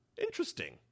Interesting